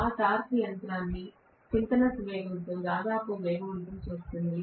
ఆ టార్క్ యంత్రాన్ని సింక్రోనస్ వేగంతో దాదాపుగా వేగవంతం చేస్తుంది